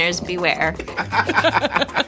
beware